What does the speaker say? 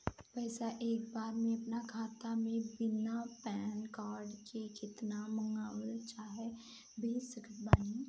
पैसा एक बार मे आना खाता मे बिना पैन कार्ड के केतना मँगवा चाहे भेज सकत बानी?